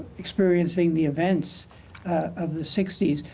experiencing the events of the sixty s.